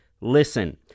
listen